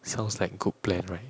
sounds like good plan right